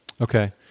Okay